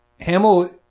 Hamill